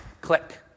click